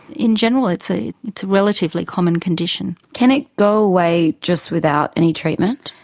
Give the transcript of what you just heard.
in general it's a relatively common condition. can it go away just without any treatment?